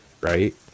right